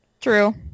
True